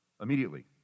immediately